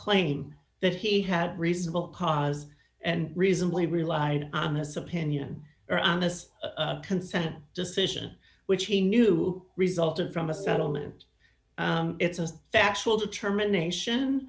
claim that he had reasonable cause and reasonably relied on his opinion or honest consent decision which he knew resulted from a settlement it's a factual determination